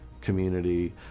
community